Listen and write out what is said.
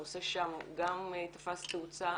הנושא שם גם תפס תאוצה,